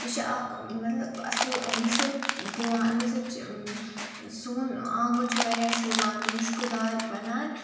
یہِ چھِ اَکھ مطلب اَصٕل مُشُک دِوان اَمہِ سۭتۍ چھِ سون آنٛگُن چھِ واریاہ شوٗبان تہٕ مُشکہٕ دار بَنان